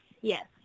Yes